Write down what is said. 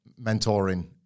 mentoring